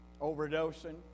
Overdosing